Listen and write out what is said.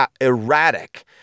erratic